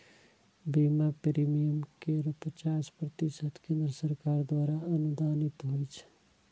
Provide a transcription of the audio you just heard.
बीमा प्रीमियम केर पचास प्रतिशत केंद्र सरकार द्वारा अनुदानित होइ छै